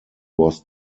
was